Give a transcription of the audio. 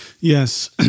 Yes